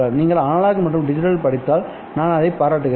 நீங்கள் அனலாக் மற்றும் டிஜிட்டலைப் படித்தால் நான் அதைப் பாராட்டுகிறேன்